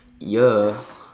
ya